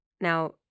Now